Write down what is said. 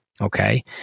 Okay